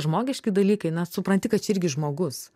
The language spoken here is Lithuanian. žmogiški dalykai na supranti kad čia irgi žmogus